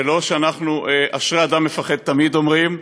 זה לא שאנחנו, "אשרי אדם מפחד תמיד" אומרים,